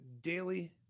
Daily